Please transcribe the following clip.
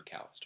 McAllister